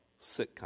sitcom